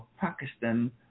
Pakistan